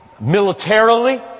militarily